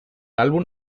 álbum